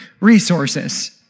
resources